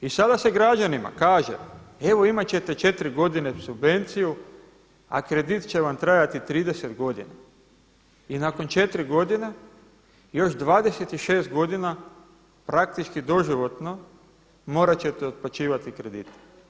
I sada se građanima kaže, evo imati ćete 4 godine subvenciju a kredit će vam trajati 30 godina i nakon 4 godine još 26 godina, praktički doživotno morati ćete otplaćivati kredite.